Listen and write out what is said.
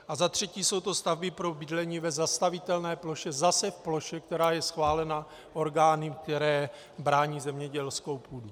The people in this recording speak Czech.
A za třetí jsou to stavby pro bydlení v zastavitelné ploše, zase v ploše, která je schválena orgány, které brání zemědělskou půdu.